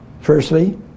Firstly